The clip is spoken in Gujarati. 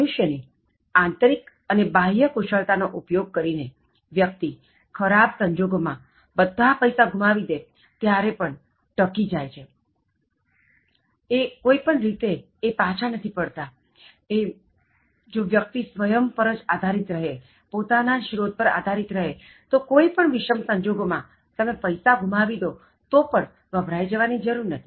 મનુષ્ય ની આંતરિક અને બાહ્ય કુશળતા નો ઉપયોગ કરીનેવ્યક્તિ ખરાબ સંજોગો માં બધા પૈસા ગુમાવી દે ત્યારે પણ ટકી જાય છે એટલે જો વ્યક્તિ સ્વયંમ્ પર જ આધારિત રહે પોતાના જ સ્ત્રોત પર આધારિત રહે તો કોઇ પણ વિષમ સંજોગો માં તમે પૈસા ગુમાવી દો તો પણ ગભરાઇ જવાની જરુર નથી